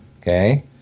okay